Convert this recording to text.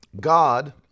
God